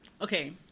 Okay